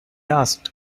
asked